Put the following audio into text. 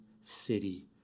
city